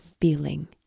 feeling